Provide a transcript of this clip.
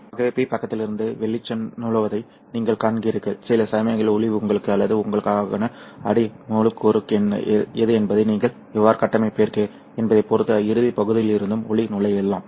ஆகவே P பக்கத்திலிருந்து வெளிச்சம் நுழைவதை நீங்கள் காண்கிறீர்கள் சில சமயங்களில் ஒளி உங்களுக்கு அல்லது உங்களுக்கான அடி மூலக்கூறு எது என்பதை நீங்கள் எவ்வாறு கட்டமைக்கிறீர்கள் என்பதைப் பொறுத்து இறுதிப் பகுதியிலிருந்தும் ஒளி நுழையலாம்